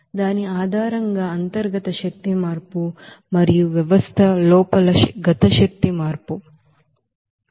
దాని ఆధారంగా internal energy change మరియు వ్యవస్థ లోపల కైనెటిక్ ఎనెర్జి చేంజ్